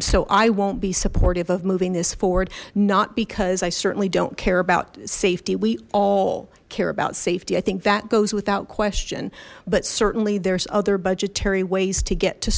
so i won't be supportive of moving this forward not because i certainly don't care about safety we all care about safety i think that goes without question but certainly there's other budgetary ways to get to